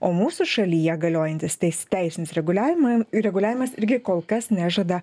o mūsų šalyje galiojantis teis teisinis reguliavimą reguliavimas irgi kol kas nežada